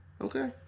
Okay